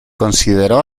consideró